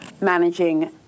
managing